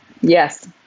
Yes